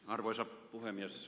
arvoisa puhemies